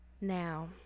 Now